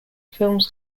films